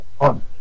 On